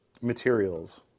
materials